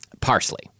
Parsley